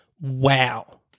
Wow